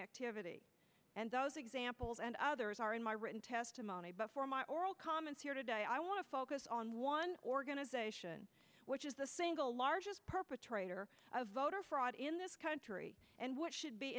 activity and those examples and others are in my written testimony but for my oral comments here today i want to focus on one organization which is the single largest perpetrator of voter fraud in this country and what should be